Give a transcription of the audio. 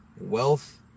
wealth